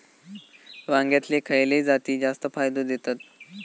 वांग्यातले खयले जाती जास्त फायदो देतत?